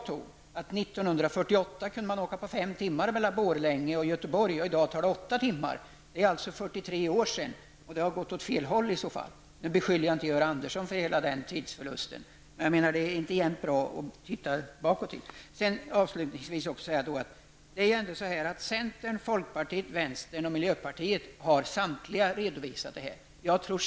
1948 tog det fem timmar att resa mellan Borlänge och Göteborg, dvs. för 43 år sedan, medan det i dag tar åtta timmar. Det har alltså gått åt fel håll. Nu beskyller inte jag Georg Andersson för hela den tidsförlusten, utan vad jag vill ha sagt är att det inte alltid är så bra att se bakåt. Centern, folkpartiet, miljöpartiet och vänstern har redovisat sina ställningstaganden.